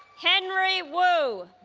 henry wu